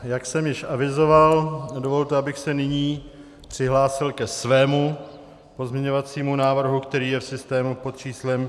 Jak jsem již avizoval, dovolte, abych se nyní přihlásil ke svému pozměňovacímu návrhu, který je v systému pod číslem 6421.